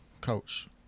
coach